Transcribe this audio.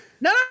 No